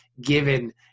given